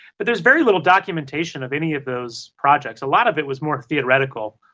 but there's very little documentation of any of those projects. a lot of it was more theoretical.